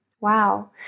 Wow